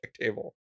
table